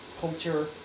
culture